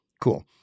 Cool